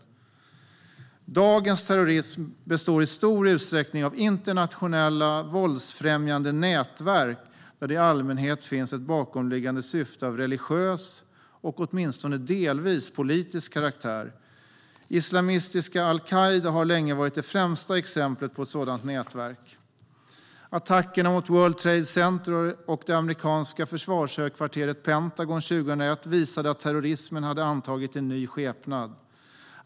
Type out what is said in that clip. Dagens terrorism består i stor utsträckning av internationella, våldsfrämjande nätverk där det i allmänhet finns ett bakomliggande syfte av religiös och åtminstone delvis politisk karaktär. Islamistiska al-Qaida har länge varit det främsta exemplet på ett sådant nätverk. Attackerna mot World Trade Center och det amerikanska försvarshögkvarteret Pentagon 2001 visade att terrorismen hade antagit en ny skepnad.